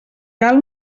cal